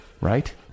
Right